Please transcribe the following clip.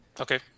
Okay